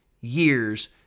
years